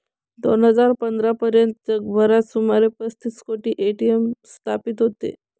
दोन हजार पंधरा पर्यंत जगभरात सुमारे पस्तीस कोटी ए.टी.एम स्थापित होते